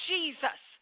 Jesus